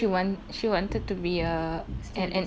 I know then after that she fall then after that just paralyse